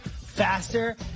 faster